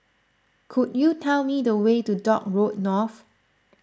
could you tell me the way to Dock Road North